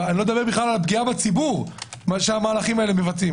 אני לא מדבר בכלל על פגיעה בציבור שהמהלכים האלה מבצעים.